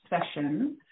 session